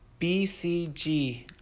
BCG